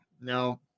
No